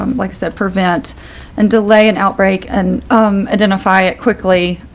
um like i said, prevent and delay an outbreak and identify it quickly.